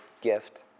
gift